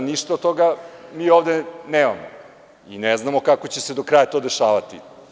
Ništa od toga mi ovde nemamo i ne znamo kako će se do kraja to rešavati.